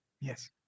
Yes